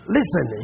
Listen